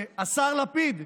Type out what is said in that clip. השר לפיד,